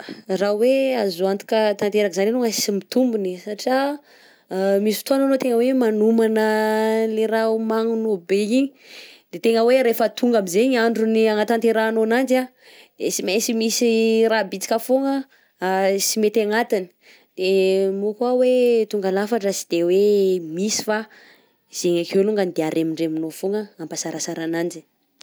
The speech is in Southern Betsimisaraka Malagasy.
Raha hoe azo antoka tanteraka zany alongany sy mitombona satrià: misy fotoana anao magnomana le raha homagninao be igny de tena hoe refa tonga amin'izay andron'ny hanateterahanao agnanjy sy mainsy misy raha bisika fôgna sy mety agnatiny, de moà koa hoe tonga lafatra sy de hoe misy fa zegny akeo alongany de aremondremonao foagna ze ampaha-sarasara agnanjy.